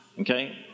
Okay